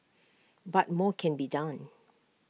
but more can be done